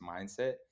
mindset